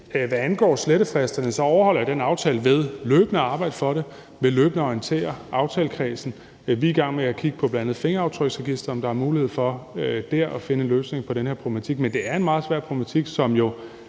hvad angår slettefristerne, overholder jeg den aftale ved løbende at arbejde for det, ved løbende at orientere aftalekredsen. Vi er i gang med at kigge på bl.a. fingeraftryksregisteret, og om der er mulighed for der at finde en løsning på den her problematik. Men det er en meget svær problematik, som jo